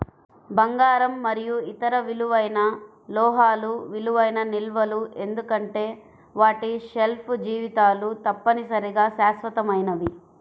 బంగారం మరియు ఇతర విలువైన లోహాలు విలువైన నిల్వలు ఎందుకంటే వాటి షెల్ఫ్ జీవితాలు తప్పనిసరిగా శాశ్వతమైనవి